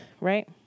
Right